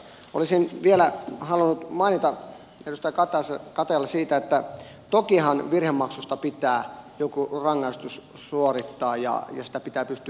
olisin vielä halunnut mainita edustaja katajalle siitä että tokihan virhemaksusta pitää joku rangaistus suorittaa ja sitä pitää pystyä valvomaan